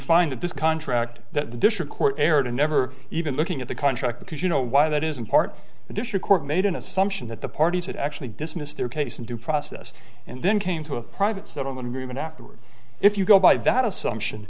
find that this contract that the district court erred in never even looking at the contract because you know why that is in part the district court made an assumption that the parties had actually dismissed their case in due process and then came to a private settlement agreement afterwards if you go by that assumption